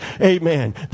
amen